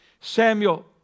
Samuel